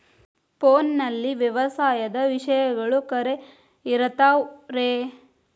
ಫೋನಲ್ಲಿ ವ್ಯವಸಾಯದ ವಿಷಯಗಳು ಖರೇ ಇರತಾವ್ ರೇ?